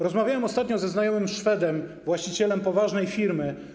Rozmawiałem ostatnio ze znajomym Szwedem, właścicielem poważnej firmy.